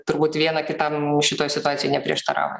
turbūt viena kitam šitoj situacijoj neprieštaravo